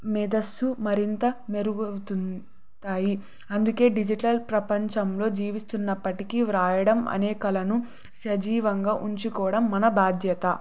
మెదస్సు మరింత మెరుగవుతుంటాయి అందుకే డిజిటల్ ప్రపంచంలో జీవిస్తున్నప్పటికీ వ్రాయడం అనే కళను సజీవంగా ఉంచుకోవడం మన బాధ్యత